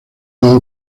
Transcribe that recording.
dos